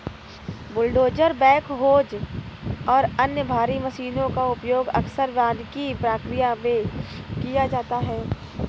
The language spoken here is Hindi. बुलडोजर बैकहोज और अन्य भारी मशीनों का उपयोग अक्सर वानिकी प्रक्रिया में किया जाता है